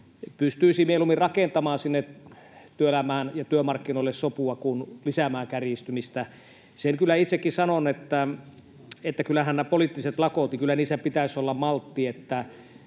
pystyisi mieluummin rakentamaan sinne työelämään ja työmarkkinoille sopua kuin lisäämään kärjistymistä. Sen kyllä itsekin sanon, että kyllähän näissä poliittisissa lakoissa pitäisi olla maltti.